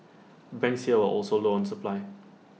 banks here were also low on supply